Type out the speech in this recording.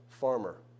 farmer